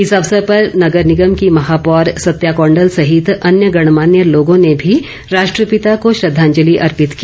इस अवसर पर नगर निगम के महापौर सत्या कौंडल सहित अन्य गणमान्य लोगों ने भी राष्ट्रपिता को श्रद्वांजलि अर्पित की